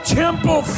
temple